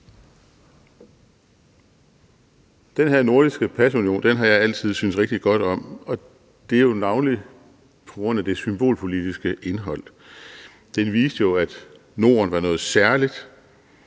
Den her nordiske pasunion har jeg altid syntes rigtig godt om, og det er jo navnlig på grund af det symbolpolitiske indhold. Den viste, at Norden var noget særligt,